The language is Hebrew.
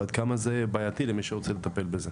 ועד כמה זה בעייתי למי שרוצה לטפל בזה.